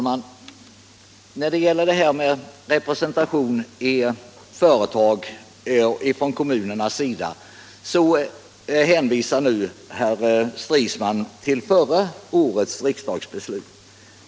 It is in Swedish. Herr talman! När det gäller kommunrepresentanter i företagen hänvisar nu herr Stridsman till förra årets riksdagsbeslut.